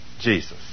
Jesus